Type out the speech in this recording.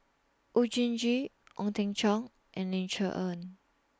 Oon Jin Gee Ong Teng Cheong and Ling Cher Eng